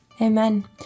Amen